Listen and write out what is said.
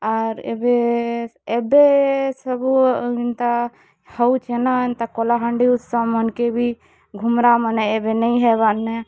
ଆର୍ ଏବେ ଏବେ ସବୁ ଏନ୍ତା ହଉଛେ ନ ଏନ୍ତା କଲାହାଣ୍ଡି ଉତ୍ସବ ମନ୍ କେ ବି ଘୁମୁରା ମାନେ ଏବେ ନେଇଁ ହବାର୍ ନ